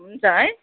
हुन्छ है